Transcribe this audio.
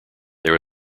there